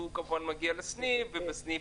שכמובן מגיע לסניף וכו'.